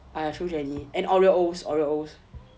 !aiya! true jenny and oreos O